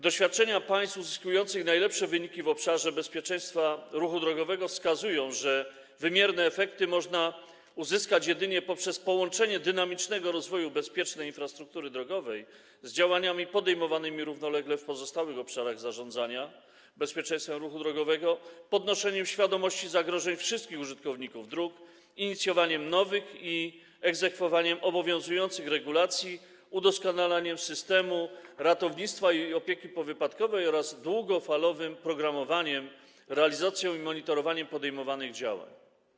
Doświadczenia państw uzyskujących najlepsze wyniki w obszarze bezpieczeństwa ruchu drogowego wskazują, że wymierne efekty można uzyskać jedynie poprzez połączenie dynamicznego rozwoju bezpiecznej infrastruktury drogowej z działaniami podejmowanymi równolegle w pozostałych obszarach zarządzania bezpieczeństwem ruchu drogowego, podnoszeniem świadomości zagrożeń wszystkich użytkowników dróg, inicjowaniem nowych i egzekwowaniem obowiązujących regulacji, udoskonalaniem systemu ratownictwa i opieki powypadkowej oraz długofalowym programowaniem, realizacją i monitorowaniem podejmowanych działań.